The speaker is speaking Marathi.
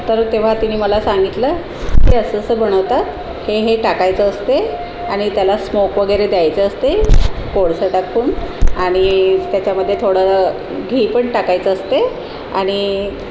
तर तेव्हा तिने मला सांगितलं की असं असं बनवतात हे हे टाकायचं असते आणि त्याला स्मोक वगैरे द्यायचं असते कोळसा टाकून आणि त्याच्यामध्ये थोडं घी पण टाकायचं असते आणि